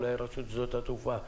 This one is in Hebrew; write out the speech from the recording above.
אולי רשות שדות התעופה.